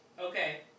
Okay